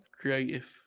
creative